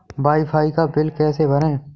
Wi fi का बिल कैसे भरें?